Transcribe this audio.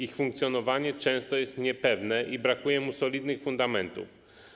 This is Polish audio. Ich funkcjonowanie często jest niepewne i brakuje mu solidnych fundamentów.